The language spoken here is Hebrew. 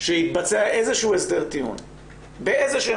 שיתבצע איזשהו הסדר טיעון באיזשהם